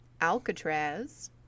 Alcatraz